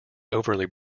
overly